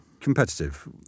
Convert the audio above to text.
competitive